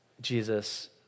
Jesus